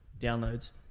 downloads